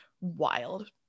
wild